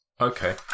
okay